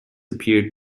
appeared